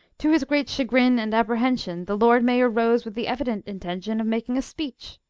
to his great chagrin and apprehension, the lord mayor rose with the evident intention of making a speech.